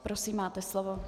Prosím, máte slovo.